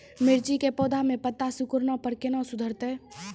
मिर्ची के पौघा मे पत्ता सिकुड़ने पर कैना सुधरतै?